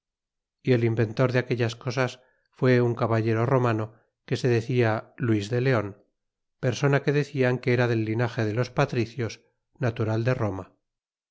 y el inventor de aquellas cosas fue un caballero romano que se decia luis de leon persona que decían que era de linage de los patricios natural de roma